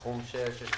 מספר בקשה לוועדה 33-016